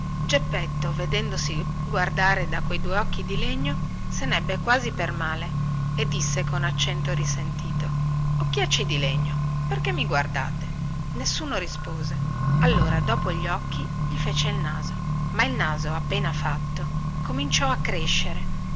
geppetto vedendosi guardare da quei due occhi di legno se nebbe quasi per male e disse con accento risentito occhiacci di legno perché mi guardate nessuno rispose allora dopo gli occhi gli fece il naso ma il naso appena fatto cominciò a crescere